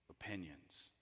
opinions